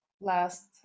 last